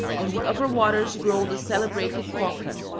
on the upper waters grow the celebrated coca,